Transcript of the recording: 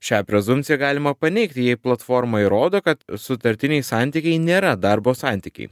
šią prezumpciją galima paneigti jei platforma įrodo kad sutartiniai santykiai nėra darbo santykiai